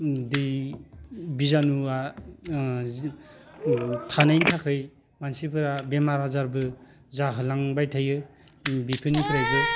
उम दै बिजानुवा ओ थानायनि थाखाय मानिसफोरा बेमार आजारबो जाहोलांबाय थायो उम बिफोरनिफ्रायबो